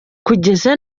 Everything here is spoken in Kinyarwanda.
kugeza